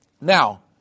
Now